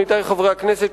חברי הכנסת,